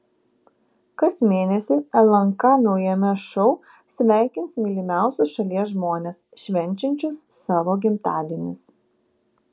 kas mėnesį lnk naujame šou sveikins mylimiausius šalies žmones švenčiančius savo gimtadienius